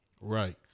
Right